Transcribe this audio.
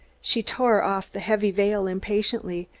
she tore off the heavy veil impatiently,